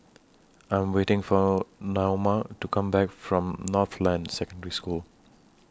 I Am waiting For Naoma to Come Back from Northland Secondary School